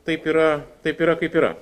taip yra taip yra kaip yra